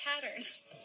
patterns